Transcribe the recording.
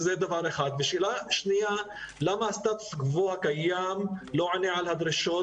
שאלה שנייה: למה הסטטוס קוו הקיים לא עונה על הדרישות